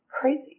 crazy